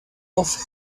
off